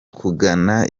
kugana